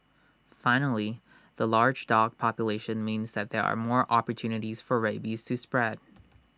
finally the large dog population means that there are more opportunities for rabies to spread